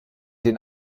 den